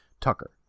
Tucker